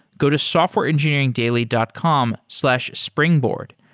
go to softwareengineeringdaily dot com slash springboard.